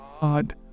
God